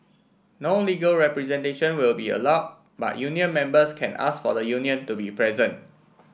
no legal representation will be allowed but union members can ask for the union to be present